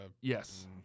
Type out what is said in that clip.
Yes